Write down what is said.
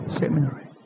seminary